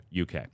UK